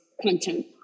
content